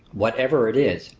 whatever it is,